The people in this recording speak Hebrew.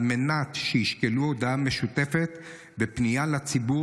על מנת שישקלו הודעה משותפת בפנייה לציבור